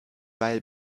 weil